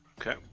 Okay